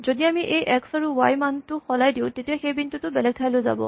যদি আমি এই এক্স আৰু ৱাই ৰ মানটো সলাই দিওঁ তেতিয়া সেই বিন্দুটো বেলেগ ঠাইলৈ যাব